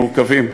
הם מורכבים,